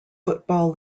football